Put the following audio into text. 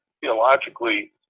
theologically